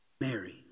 Mary